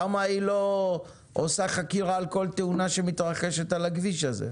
למה היא לא עושה חקירה על כל תאונה שמתרחשת על הכביש הזה?